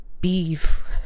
beef